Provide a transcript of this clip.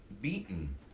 beaten